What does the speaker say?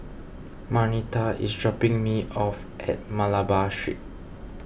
Marnita is dropping me off at Malabar Street